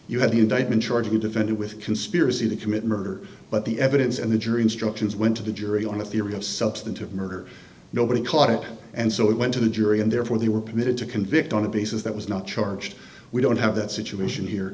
you have the indictment charging you defended with conspiracy to commit murder but the evidence and the jury instructions went to the jury on the theory of substantive murder nobody caught it and so it went to the jury and therefore they were permitted to convict on a basis that was not charged we don't have that situation here